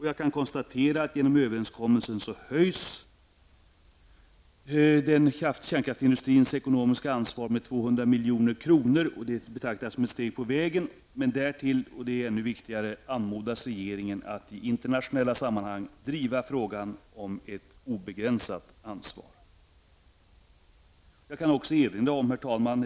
Jag kan konstatera att genom överenskommelsen höjs kärnkraftsindustrins ekonomiska ansvar med 200 milj.kr. Det betraktar jag som ett steg på vägen, men därtill -- och det är ännu viktigare -- anmodas regeringen att i internationella sammanhang driva frågan om ett obegränsat ansvar. Herr talman!